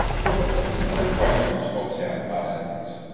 so what are some other questions folks have about ethics?